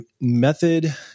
method